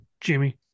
Jimmy